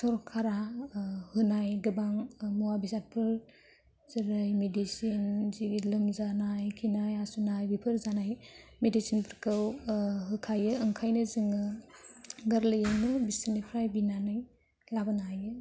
सरकारा होनाय गोबां मुवा बेसादफोर जेरै मेडिसिन जेरै लोमजानाय खिनाय हासुनाय बेफोर जानाय मेडिसिन फोरखौ होखायो ओंखायनो जोङो गोरलैयैनो बिसोरनिफ्राय बिनानै लाबोनो लायो